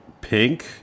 pink